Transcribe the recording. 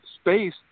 space